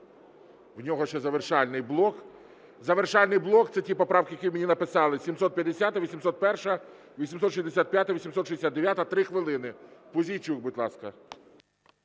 У нього ще завершальний блок. Завершальний блок – це ті поправки, які мені написали: 750, 801, 865, 869. 3 хвилини, Пузійчук, будь ласка.